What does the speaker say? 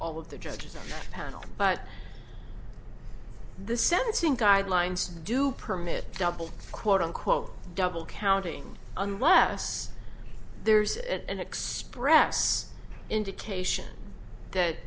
all of the judges panel but the sentencing guidelines do permit double quote unquote double counting unless there's an express indication that